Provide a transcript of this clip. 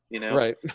Right